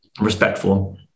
respectful